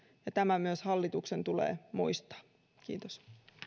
ja tämä myös hallituksen tulee muistaa kiitos